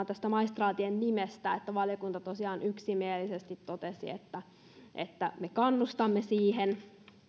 tästä maistraattien nimestä valiokunta tosiaan yksimielisesti totesi että että me kannustamme siihen